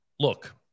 Look